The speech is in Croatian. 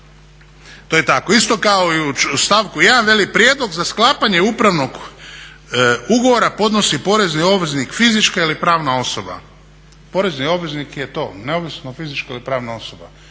to je tako. Isto kao i u stavku 1.veli prijedlog za sklapanje upravnog ugovora porezi porezni obveznik fizička ili pravna osoba. Porezni obveznik je to neovisna fizička ili pravna osoba.